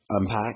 Unpack